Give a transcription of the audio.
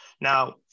Now